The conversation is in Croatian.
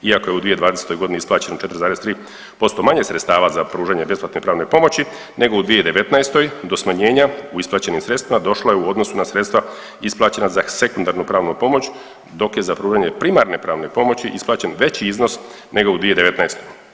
Iako je u 2020.g. isplaćeno 4,3% manje sredstava za pružanje besplatne pravne pomoći nego u 2019. do smanjenja u isplaćenim sredstvima došlo je u odnosu na sredstva isplaćena za sekundarnu pravnu pomoć dok je za pružanje primarne pravne pomoći isplaćen veći iznos nego u 2019.